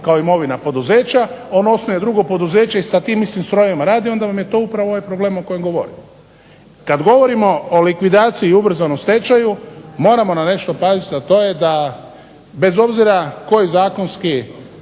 kao imovina poduzeća. On osnuje drugo poduzeće i sa tim istim strojevima radi, onda vam je to upravo ovaj problem o kojem govorim. Kad govorimo o likvidaciji i ubrzanom stečaju moramo na nešto paziti, a to je da bez obzira koji zakonski